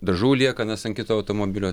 dažų liekanas ant kito automobilio